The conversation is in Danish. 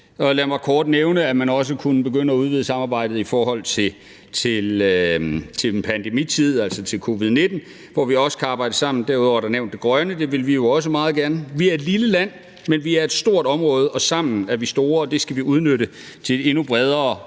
lad mig kort nævne, at man også kunne begynde at udvide samarbejdet i forhold til en pandemitid, altså i forhold til covid-19. Det kunne vi også arbejde sammen om. Derudover er der nævnt det grønne; det vil vi også rigtig gerne. Vi er et lille land, men vi er et stort område, og sammen er vi store, og det skal vi udnytte til et endnu bredere,